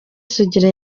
sugira